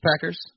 Packers